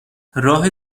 راه